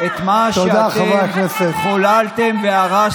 אנחנו נמשיך לתקן את מה שאתם חוללתם והרסתם